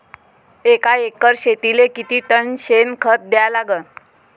एका एकर शेतीले किती टन शेन खत द्या लागन?